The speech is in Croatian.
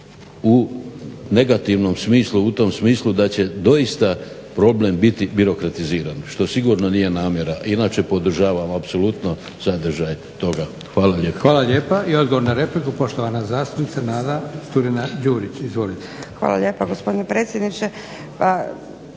u negativnom smislu u tom smislu da će doista problem biti birokratiziran, što sigurno nije namjera. Inače podržavam apsolutno sadržaj toga. Hvala lijepa. **Leko, Josip (SDP)** Hvala lijepa. I odgovor na repliku poštovana zastupnica Nada Turina Đurić. Izvolite. **Turina-Đurić, Nada (HNS)** Hvala lijepa gospodine predsjedniče.